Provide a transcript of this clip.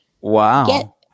Wow